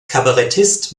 kabarettist